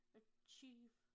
achieve